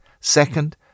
Second